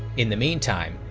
in the meantime,